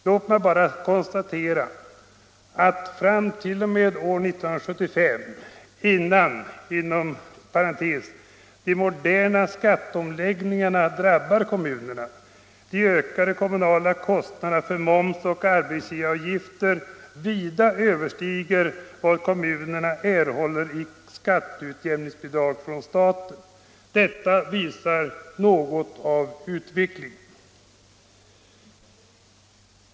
Låt mig bara konstatera att fram t.o.m. år 1975, innan de ”moderna” skatteomläggningarna drabbar kommunerna, de ökade kommunala kostnaderna för moms och arbetsgivaravgifter vida överstiger vad kommunerna erhåller från staten i skatteutjämningsbidrag. Detta visar något av utvecklingen.